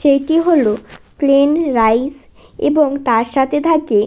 সেইটি হল plain rice এবং তার সাতে থাকে